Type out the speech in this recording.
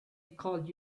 call